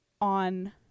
on